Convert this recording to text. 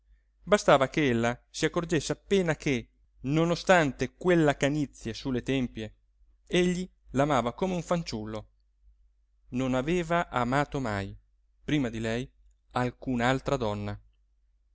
che ella si accorgesse appena che nonostante quella canizie su le tempie egli la amava come un fanciullo non aveva amato mai prima di lei alcun'altra donna